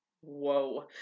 Whoa